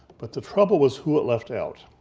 but the trouble was who it left out.